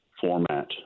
format